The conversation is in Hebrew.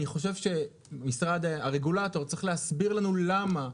אני חושב שהרגולטור צריך להסביר לנו למה.